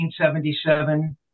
1977